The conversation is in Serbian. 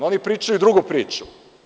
Oni pričaju drugu priču.